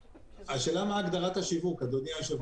השאלה היא מה הגדרת השיווק, אדוני היושב-ראש.